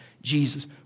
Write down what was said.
Jesus